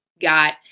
got